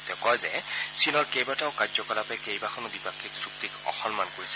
তেওঁ কয় যে চীনৰ কেইবাটাও কাৰ্যকলাপে কেইবাখনো দ্বিপাক্ষিক চুক্তিক অসন্মান কৰিছে